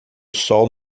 sol